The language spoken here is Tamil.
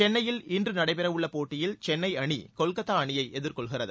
சென்னையில் இன்று நடைபெறவுள்ள போட்டியில் சென்னை அணி கொல்கத்தா அணியை எதிர்கொள்கிறது